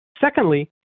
Secondly